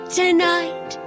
tonight